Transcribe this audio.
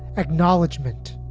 acknowledgement